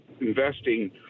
investing